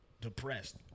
depressed